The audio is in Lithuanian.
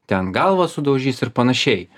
ten galvą sudaužys ir panašiai